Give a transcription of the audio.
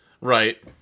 Right